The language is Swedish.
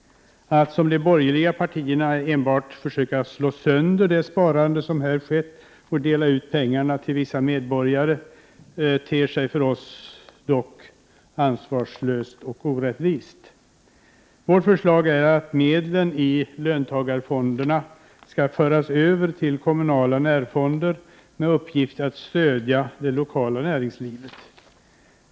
Att såsom de borgerliga partierna vill slå sönder det sparande som skett och dela ut pengarna till vissa medborgare ter sig dock för oss både ansvarslöst och orättvist. Vårt förslag är att medlen i löntagarfonderna skall föras över till kommunala närfonder med uppgift att stödja det lokala näringslivet.